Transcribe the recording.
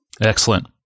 Excellent